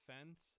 fence